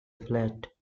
flat